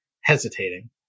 hesitating